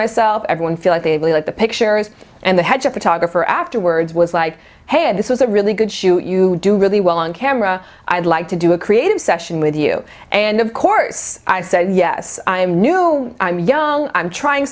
myself everyone feel like they really liked the picture and they had a photographer afterwards was like hey this was a really good shoot you do really well on camera i'd like to do a creative session with you and of course i said yes i'm new i'm young i'm trying